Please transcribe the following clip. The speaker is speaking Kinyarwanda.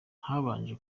habanje